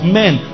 men